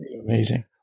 amazing